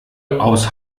aus